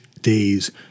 days